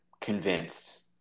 Convinced